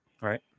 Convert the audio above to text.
Right